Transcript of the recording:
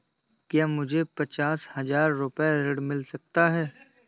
क्या मुझे पचास हजार रूपए ऋण मिल सकता है?